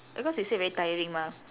because you say very tiring mah